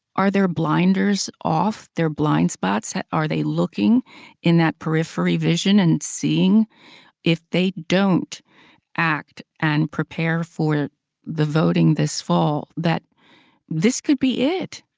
are their blinders off, their blind spots? are they looking in that periphery vision and seeing if they don't act and prepare for the voting this fall, that this could be it?